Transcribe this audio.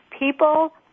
People